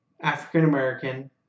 African-American